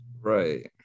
Right